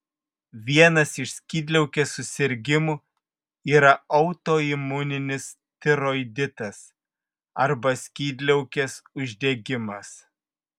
vienas iš skydliaukės susirgimų yra autoimuninis tiroiditas arba skydliaukės uždegimas